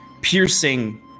piercing